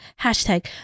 Hashtag